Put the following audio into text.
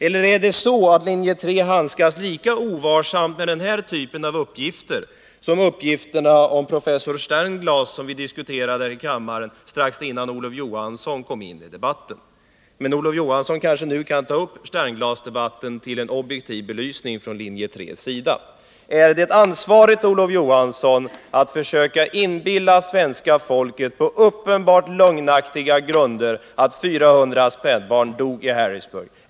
Eller är det så att linje 3 handskas lika ovarsamt med den här typen av uppgifter som uppgifterna av professor Sternglass som vi diskuterade här i kammaren strax innan Olof Johansson kom in i debatten? Olof Johansson kanske för resten nu kan ta upp Sternglassdebatten till en objektiv belysning från linje 3:s sida. Är det ansvarigt, Olof Johansson, att försöka inbilla svenska folket på uppenbart lögnaktiga grunder att 400 spädbarn dog i Harrisburg.